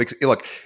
Look